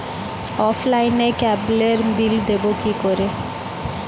অফলাইনে ক্যাবলের বিল দেবো কি করে?